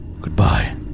Goodbye